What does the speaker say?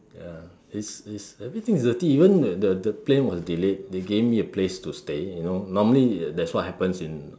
ya it's it's everything is dirty even the the plane was delayed they gave me a place to stay you know normally that's what happens in